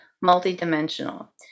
multi-dimensional